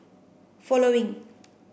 following